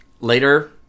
Later